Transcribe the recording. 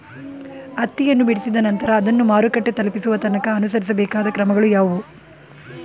ಹತ್ತಿಯನ್ನು ಬಿಡಿಸಿದ ನಂತರ ಅದನ್ನು ಮಾರುಕಟ್ಟೆ ತಲುಪಿಸುವ ತನಕ ಅನುಸರಿಸಬೇಕಾದ ಕ್ರಮಗಳು ಯಾವುವು?